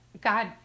God